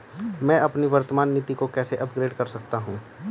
मैं अपनी वर्तमान नीति को कैसे अपग्रेड कर सकता हूँ?